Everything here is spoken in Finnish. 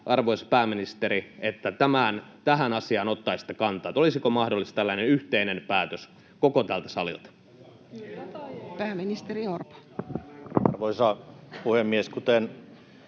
arvoisa pääministeri, että tähän asiaan ottaisitte kantaa: olisiko mahdollinen tällainen yhteinen päätös koko tältä salilta? [Ben Zyskowicz: Pelko pois, hallitus